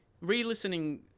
Re-listening